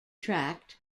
tracked